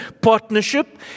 partnership